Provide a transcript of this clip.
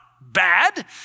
bad